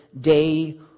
day